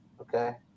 okay